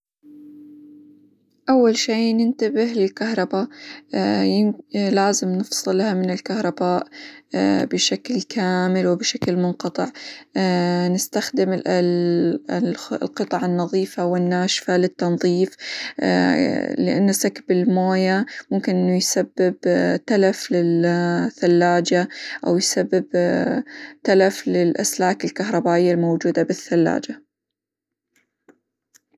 أول شي ننتبه للكهربا لازم نفصلها من الكهرباء بشكل كامل وبشكل منقطع، نستخدم القطع النظيفة والناشفة للتنظيف، لإنه سكب الموية ممكن إنه يسبب تلف للثلاجة، أو يسبب تلف للأسلاك الكهربائية الموجودة بالثلاجة.